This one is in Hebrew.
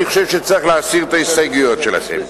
אני חושב שצריך להסיר את ההסתייגויות שלכם.